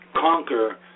conquer